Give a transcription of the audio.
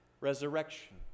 resurrection